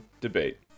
debate